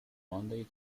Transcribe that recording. monday